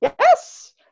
yes